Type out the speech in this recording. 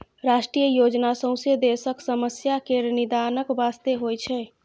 राष्ट्रीय योजना सौंसे देशक समस्या केर निदानक बास्ते होइ छै